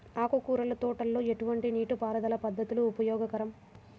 ఆకుకూరల తోటలలో ఎటువంటి నీటిపారుదల పద్దతి ఉపయోగకరం?